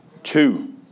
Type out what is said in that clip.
Two